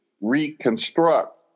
reconstruct